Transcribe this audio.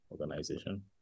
organization